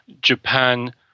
Japan